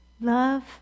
Love